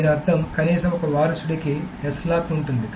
దీని అర్థం కనీసం ఒక వారసుడికి S లాక్ ఉంటుంది